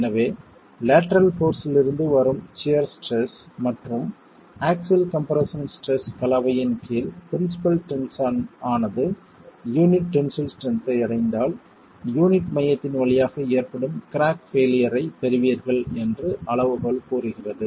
எனவே lateral force லிருந்து வரும் சியர் ஸ்ட்ரெஸ் மற்றும் ஆக்ஸில் கம்ப்ரெஸ்ஸன் ஸ்ட்ரெஸ் கலவையின் கீழ் பிரின்ஸிபல் டென்ஷன் ஆனது யூனிட் டென்சில் ஸ்ட்ரென்த் ஐ அடைந்தால் யூனிட் மையத்தின் வழியாக ஏற்படும் கிராக் பெயிலியர் ஐப் பெறுவீர்கள் என்று அளவுகோல் கூறுகிறது